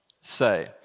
say